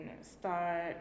start